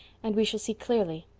and we shall see clearly.